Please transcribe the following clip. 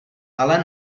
ale